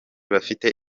bafite